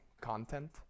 content